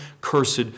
cursed